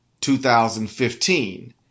2015